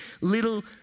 little